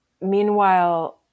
meanwhile